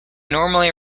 normally